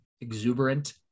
exuberant